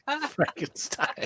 Frankenstein